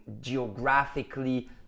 geographically